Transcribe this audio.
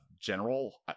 general